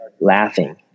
laughing